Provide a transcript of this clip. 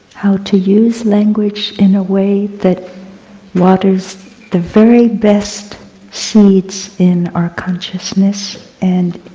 how to use language in a way that waters the very best seeds in our consciousness and,